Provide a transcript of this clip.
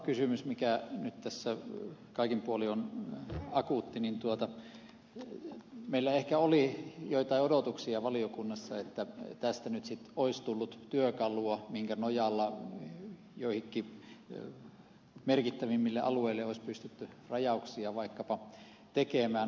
saimaannorppakysymyksestä mikä nyt tässä kaikin puolin on akuutti meillä ehkä oli joitain odotuksia valiokunnassa että tästä nyt sitten olisi tullut työkalua minkä nojalla joillekin merkittävimmille alueille olisi pystytty rajauksia vaikkapa tekemään